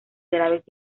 graves